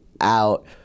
out